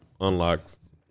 unlocks